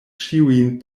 ĉiujn